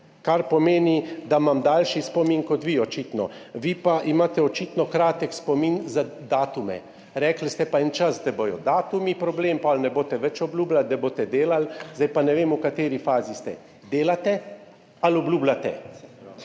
kar pomeni, da imam daljši spomin kot vi, očitno. Vi pa imate očitno kratek spomin za datume. Rekli ste pa en čas, da bodo datumi problem, potem da ne boste več obljubljali, da boste delali, zdaj pa ne vem, v kateri fazi ste, delate ali obljubljate?